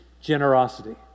generosity